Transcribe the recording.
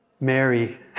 Mary